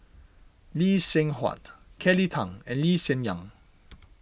Lee Seng Huat Kelly Tang and Lee Hsien Yang